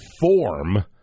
form